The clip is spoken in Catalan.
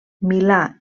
milà